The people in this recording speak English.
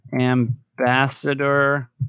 ambassador